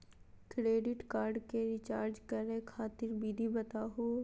Credit card क recharge करै खातिर विधि बताहु हो?